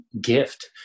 gift